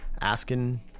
asking